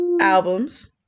albums